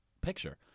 picture